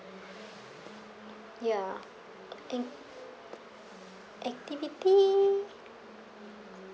ya inc~ activity